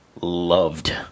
loved